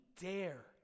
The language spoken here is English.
dare